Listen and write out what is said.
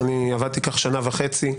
אני עבדתי כך שנה וחצי,